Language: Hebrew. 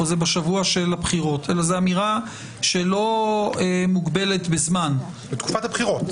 זאת אמירה שלא מוגבלת בזמן לתקופת הבחירות.